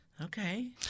Okay